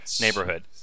neighborhood